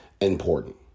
important